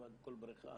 כמעט בכל בריכה,